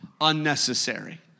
unnecessary